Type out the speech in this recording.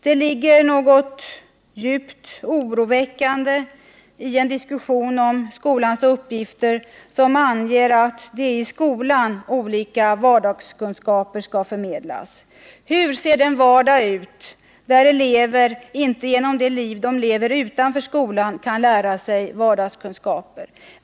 Det ligger något djupt oroväckande i en diskussion om skolans uppgifter som anger att det är i skolan olika vardagskunskaper skall förmedlas. Hur ser den vardag ut där elever inte genom det liv de lever utanför skolan kan skaffa sig vardagskunskaper?